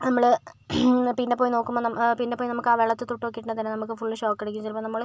നമ്മൾ പിന്നെപ്പോയി നോക്കുമ്പോൾ പിന്നെപ്പോയി ആ വെള്ളത്തിൽ തൊട്ടു നോക്കിയിട്ടുണ്ടെങ്കിൽ തന്നെ ഫുൾ ഷോക്കടിക്കും ചിലപ്പോൾ നമ്മൾ